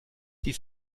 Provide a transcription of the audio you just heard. dies